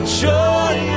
joy